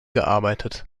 gearbeitet